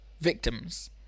victims